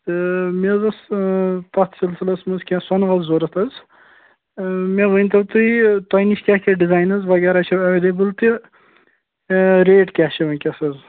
تہٕ مےٚ حظ اوس تَتھ سِلسلِس منٛز کیٚنٛہہ سۄنہٕ وَس ضروٗرت حظ مےٚ ؤنۍتَو تُہۍ تۄہہِ نِش کیٛاہ کیٛاہ ڈِزایِنٕز وغیرہ چھِو ایٚویلیبُل تہٕ ریٹ کیٛاہ چھِ وُنکٮ۪س حظ